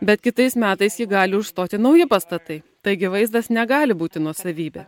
bet kitais metais jį gali užstoti nauji pastatai taigi vaizdas negali būti nuosavybė